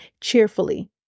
cheerfully